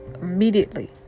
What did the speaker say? immediately